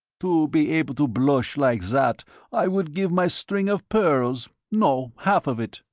to be able to blush like that i would give my string of pearls no, half of it.